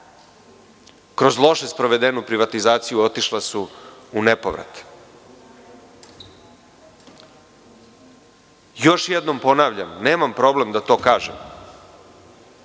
kroz loše sprovedenu privatizaciju su otišla u nepovrat. Još jednom ponavljam, nemam problem da to kažem,